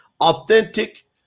authentic